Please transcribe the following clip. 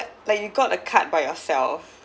like you got a card by yourself